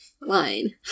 line